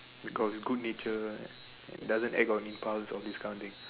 you got you good nature right doesn't act on impulse all this kind of thing